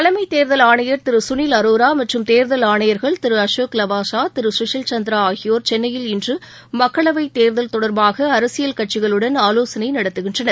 தலைமைத் தேர்தல் ஆணையர் திரு களில் அரோரா மற்றும் தேர்தல் ஆணையர்கள் திரு அசோக் லவாசா திரு குஷில் சந்திரா ஆகியோர் சென்னையில் இன்று மக்களவைத் தேர்தல் தொடர்பாக அரசியல் கட்சிகளுடன் ஆலோசனை நடத்துகின்றனர்